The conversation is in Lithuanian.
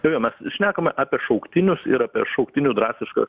jo jo mes šnekam apie šauktinius ir apie šauktinių drastišką